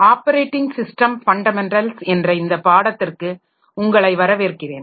operating system fundamentals என்ற இந்த பாடத்திற்கு உங்களை வரவேற்கிறேன்